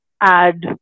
add